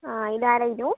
ആ ഇത് ആരായ്നു